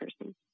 person